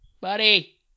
Buddy